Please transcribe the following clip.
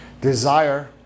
Desire